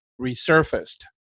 resurfaced